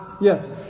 Yes